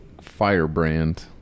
firebrand